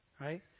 right